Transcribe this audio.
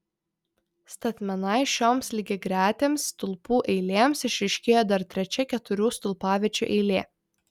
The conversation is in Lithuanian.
statmenai šioms lygiagretėms stulpų eilėms išryškėjo dar trečia keturių stulpaviečių eilė